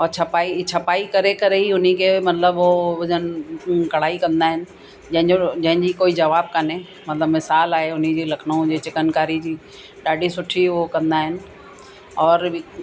और छपाई छपाई करे करे उन खे मतिलबु हो जिनि कढ़ाई कंदा आहिनि जंहिंजो जंहिंजी कोई जवाबु कान्हे मतिलबु मिसालु आहे उन्ही जे लखनऊ जे चिकन कारी जी ॾाढी सुठी हो कंदा आहिनि और बि